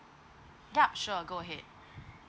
ya sure go ahead